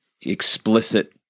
explicit